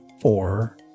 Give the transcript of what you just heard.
four